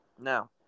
Now